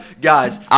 guys